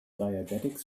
diabetics